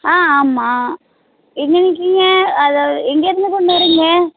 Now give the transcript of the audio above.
ஆ ஆமாம் எங்கே இருக்கிங்க அதாவது எங்கேருந்து கொண்டு வரிங்க